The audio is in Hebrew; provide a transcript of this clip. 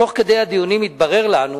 תוך כדי הדיונים התברר לנו